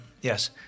Yes